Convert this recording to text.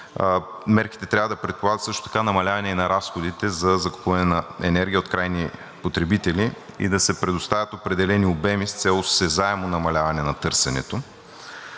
Мерките трябва да предполагат също така намаляване на разходите за закупуване на енергия от крайни потребители и да се предоставят определени обеми с цел осезаемо намаляване на търсенето.